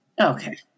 okay